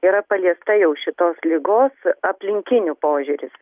yra paliesta jau šitos ligos aplinkinių požiūris